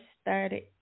started